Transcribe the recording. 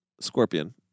Scorpion